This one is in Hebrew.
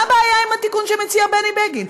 מה הבעיה עם התיקון שמציע בני בגין?